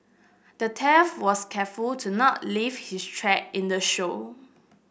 the was careful to not leave his track in the show